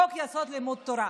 חוק-יסוד: לימוד תורה.